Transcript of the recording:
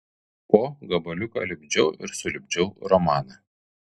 po gabaliuką lipdžiau ir sulipdžiau romaną